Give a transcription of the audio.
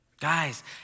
Guys